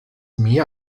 mehr